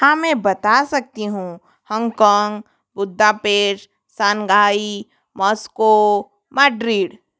हाँ मैं बता सकती हूँ Hong Kong Budapest Shanghai Moscow Madrid